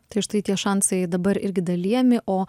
tai štai tie šansai dabar irgi dalijami o